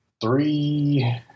three